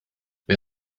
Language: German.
wer